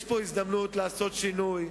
יש פה הזדמנות לעשות שינוי.